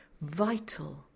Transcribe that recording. vital